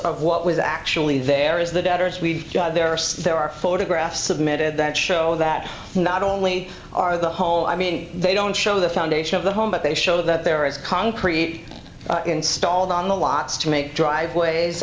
of what was actually there is the doubters we there are there are photographs submitted that show that not only are the hole i mean they don't show the foundation of the home but they show that there is concrete installed on the lots to make driveways